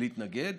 להתנגד,